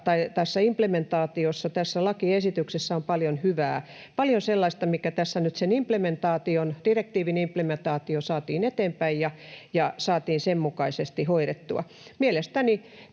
implementaatiossa, tässä lakiesityksessä, on paljon hyvää, paljon sellaista, mikä tässä nyt, kun direktiivin implementaatio saatiin eteenpäin, saatiin sen mukaisesti hoidettua. Mielestäni